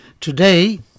Today